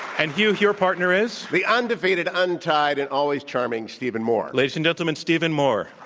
and hugh, your partner is? the undefeated, untied, and always charming, stephen moore. ladies and gentleman, stephen moore.